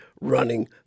running